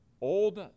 old